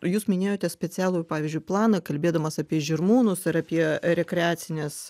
jūs minėjote specialų pavyzdžiui planą kalbėdamas apie žirmūnus ir apie rekreacines